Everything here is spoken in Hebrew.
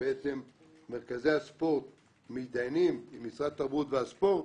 שמרכזי הספורט מתדיינים עם משרד התרבות והספורט,